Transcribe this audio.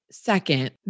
Second